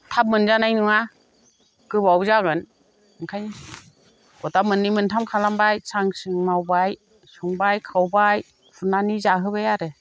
थाब मोनजानाय नङा गोबाव जागोन ओंखायनो अर्दाब मोननै मोनथाम खालामबाय स्रां स्रिं मावबाय संबाय खावबाय खुरनानै जाहोबाय आरो